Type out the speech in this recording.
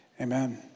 Amen